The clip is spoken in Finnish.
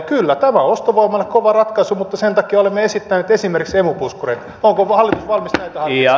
kyllä tämä on ostovoimalle kova ratkaisu mutta sen takia olemme esittäneet esimerkiksi emu puskureita